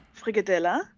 Frigadella